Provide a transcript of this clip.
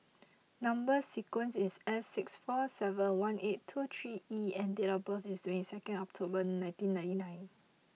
number sequence is S six four seven one eight two three E and date of birth is twenty second October nineteen ninety nine